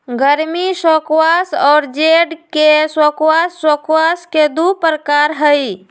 गर्मी स्क्वाश और जेड के स्क्वाश स्क्वाश के दु प्रकार हई